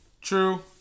True